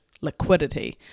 liquidity